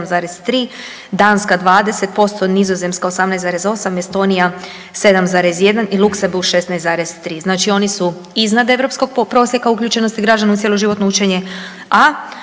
27,3, Danska 20%, Nizozemska 18,8, Estonija 7,1 i Luksemburg 16,3 znači oni su iznad europskog prosjeka uključenosti građana u cjeloživotno učenje,